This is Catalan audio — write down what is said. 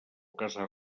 casa